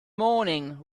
morning